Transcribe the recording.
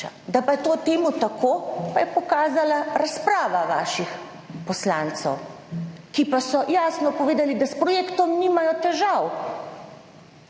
Da pa je to temu tako, pa je pokazala razprava vaših poslancev, ki pa so jasno povedali, da s projektom nimajo težav,